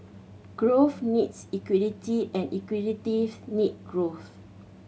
growth needs equity and equity needs growth